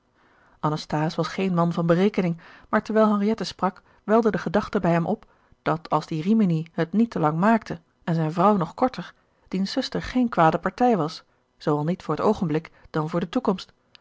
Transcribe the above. anasthase was geen man van berekening maar terwijl henriette sprak welde de gedachte bij hem op dat als die rimini het niet te lang maakte en zijne vrouw nog korter diens zuster geen kwade partij was zoo al niet voor t oogenblik dan voor de toekomst